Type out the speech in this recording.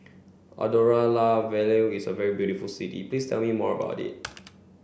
Andorra La Vella is a very beautiful city please tell me more about it